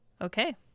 Okay